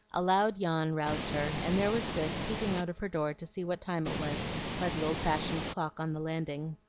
a loud yawn roused her, and there was cis peeping out of her door to see what time it was by the old-fashioned clock on the landing.